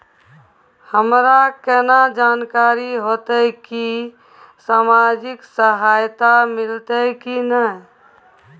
हमरा केना जानकारी होते की सामाजिक सहायता मिलते की नय?